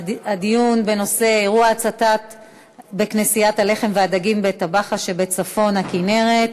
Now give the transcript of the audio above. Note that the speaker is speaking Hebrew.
הדיון בנושא: אירוע ההצתה בכנסיית הלחם והדגים בטבחה שבצפון הכינרת,